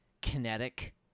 kinetic